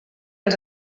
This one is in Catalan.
ens